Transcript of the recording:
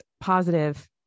positive